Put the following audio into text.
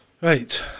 right